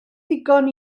ddigon